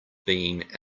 being